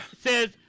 says